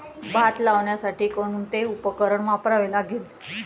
भात लावण्यासाठी कोणते उपकरण वापरावे लागेल?